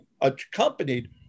accompanied